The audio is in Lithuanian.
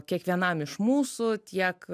kiekvienam iš mūsų tiek